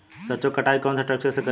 सरसों के कटाई कौन सा ट्रैक्टर से करी?